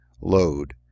load